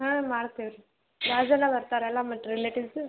ಹಾಂ ಮಾಡ್ತೀವಿ ರೀ ಯಾವುದೆಲ್ಲ ಬರ್ತಾರೆ ಅಲ್ಲ ಮತ್ತು ರಿಲೇಟಿವ್ಸ್